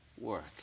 work